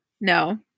No